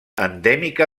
endèmica